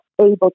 able